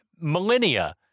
Millennia